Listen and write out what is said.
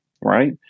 right